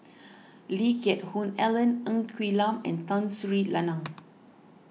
Lee Geck Hoon Ellen Ng Quee Lam and Tun Sri Lanang